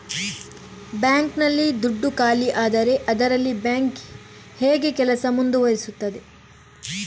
Bank ನಲ್ಲಿ ದುಡ್ಡು ಖಾಲಿಯಾದರೆ ಅದರಲ್ಲಿ ಬ್ಯಾಂಕ್ ಹೇಗೆ ಕೆಲಸ ಮುಂದುವರಿಸುತ್ತದೆ?